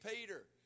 Peter